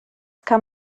kann